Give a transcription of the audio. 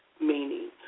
Meaning